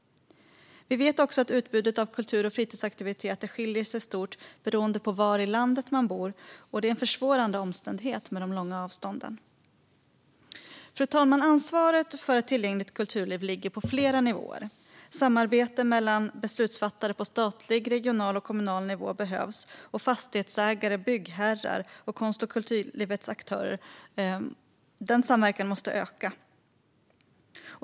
Vi vet också att utbudet av kultur och fritidsaktiviteter skiljer sig stort beroende på var i landet man bor. Det är en försvårande omständighet med de långa avstånden. Fru talman! Ansvaret för ett tillgängligt kulturliv ligger på flera nivåer. Samarbetet mellan beslutsfattare på statlig, regional och kommunal nivå behövs, och samverkan mellan fastighetsägare, byggherrar och konst och kulturlivets aktörer måste öka.